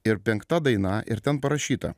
ir penkta daina ir ten parašyta